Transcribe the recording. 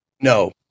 No